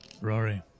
Rory